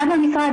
גם במשרד,